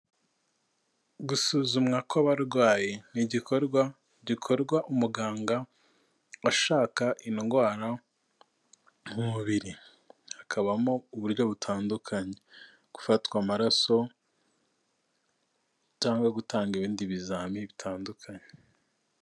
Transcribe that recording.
Gusuzumwa kw'abarwayi, ni igikorwa gikorwa umuganga ashaka indwara mu mubiri, hakabamo uburyo butandukanye, gufatwa amaraso cyangwa gutanga ibindi bizami bitandukanye.